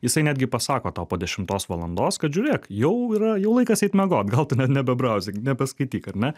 jisai netgi pasako tau po dešimtos valandos kad žiūrėk jau yra jau laikas eit miegot gal tai net nebebrauzink nebeskaityk ar ne